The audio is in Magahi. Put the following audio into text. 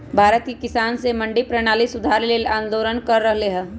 भारत के किसान स मंडी परणाली सुधारे ल आंदोलन कर रहल हए